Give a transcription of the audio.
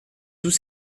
tous